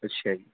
ਅੱਛਾ ਜੀ